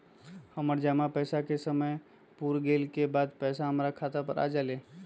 हमर जमा पैसा के समय पुर गेल के बाद पैसा अपने खाता पर आ जाले?